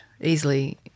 easily